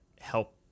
help